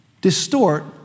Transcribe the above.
distort